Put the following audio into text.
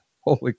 Holy